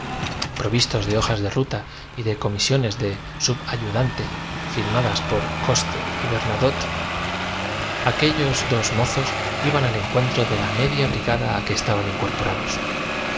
provistos de hojas de ruta y de comisiones de sumijudante firmadas por coste y bernadotte aquellos dos mozos iban al encuentro de la media brigada a que estaban incorporados